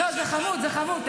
לא, זה חמוד, זה חמוד.